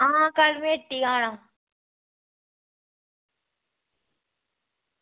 आं कल्ल में एत्त गै होना